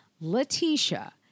Letitia